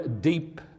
deep